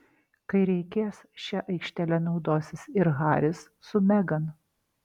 kai reikės šia aikštele naudosis ir haris su megan